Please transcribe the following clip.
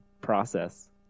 process